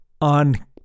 on